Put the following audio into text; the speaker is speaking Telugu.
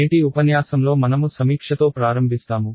నేటి ఉపన్యాసంలో మనము సమీక్షతో ప్రారంభిస్తాము